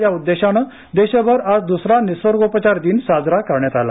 या उद्देशाने देशभर आज दुसरा निसर्गोपचार दिन साजरा करण्यात आला